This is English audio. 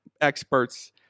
experts